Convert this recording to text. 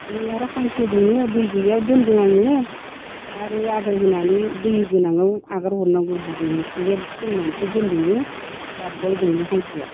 नै आरो हांसो दङ दै गैयैआव दोन्दों आङो दा आरो आदार होनानै दै गोनाङाव एंगारहरनांगौ दुगैनो नेट सोंनानैसो दोन्दों गाबबाय दङ हांसोआ